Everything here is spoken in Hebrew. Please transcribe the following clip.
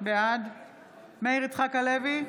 בעד מאיר יצחק הלוי,